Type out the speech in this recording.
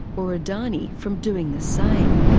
or adani from doing the same?